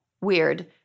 weird